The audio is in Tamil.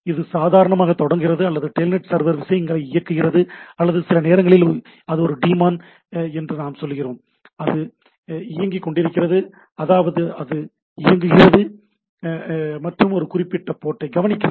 இது சாதாரனமாக தொடங்குகிறது அல்லது டெல்நெட் சர்வர் விஷயங்களை இயக்குகிறது அல்லது சில நேரங்களில் அது ஒரு டீமான் என்று நாம் சொல்கிறோம் அது இயங்கிக்கொண்டிருக்கிறது அதாவது அது இயங்குகிறது மற்றும் ஒரு குறிப்பிட்ட போர்ட்டை கவனிக்கிறது